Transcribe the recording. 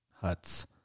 huts